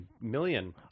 million